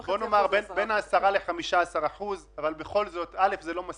בין 10%-15% אבל בכל זאת זה לא מספיק,